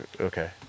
okay